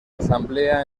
asamblea